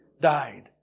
died